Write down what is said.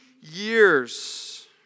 years